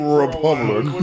republic